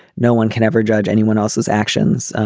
no one can ever judge anyone else's actions.